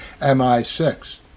MI6